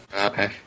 Okay